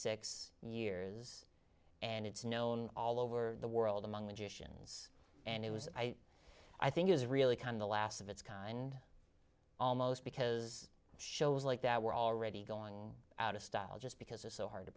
six years and it's known all over the world among magicians and it was i i think is really kind of the last of its kind almost because shows like that were already going out of style just because it's so hard to